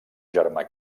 germà